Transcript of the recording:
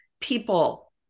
people